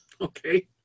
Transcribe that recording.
Okay